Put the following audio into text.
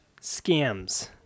scams